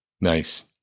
Nice